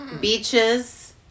Beaches